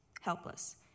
Helpless